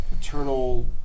eternal